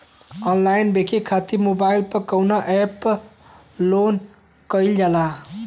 Online बिक्री खातिर mobile पर कवना एप्स लोन कईल जाला?